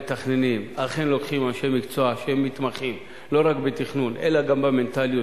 והמתכננים אכן לוקחים אנשי מקצוע שמתמחים לא רק בתכנון אלא גם במנטליות.